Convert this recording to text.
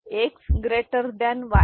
X Y G X